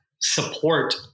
support